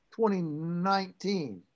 2019